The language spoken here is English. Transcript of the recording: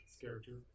character